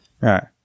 Right